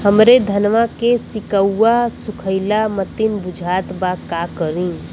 हमरे धनवा के सीक्कउआ सुखइला मतीन बुझात बा का करीं?